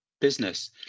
business